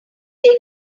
take